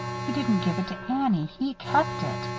he didn't give it to annie. he kept it.